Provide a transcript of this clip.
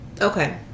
okay